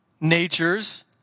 natures